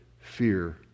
fear